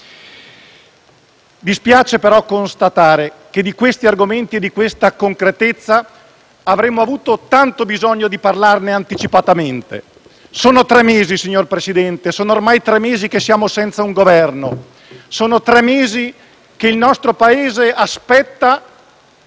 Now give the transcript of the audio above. Dispiace, però, constatare che di questi argomenti e di questa concretezza avremmo avuto tanto bisogno di parlare anticipatamente. Sono ormai tre mesi, signor Presidente, che siamo senza un Governo; sono tre mesi che il nostro Paese aspetta